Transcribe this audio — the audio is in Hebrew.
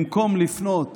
במקום לפנות